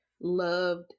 loved